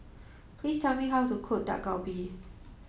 please tell me how to cook Dak Galbi